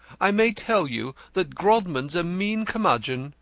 i may tell you that grodman's a mean curmudgeon.